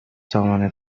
سامانه